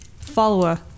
follower